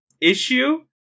issue